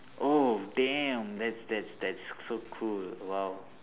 oh damn that's that's that's so cool !wow!